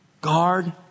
Guard